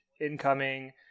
incoming